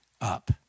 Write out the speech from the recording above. up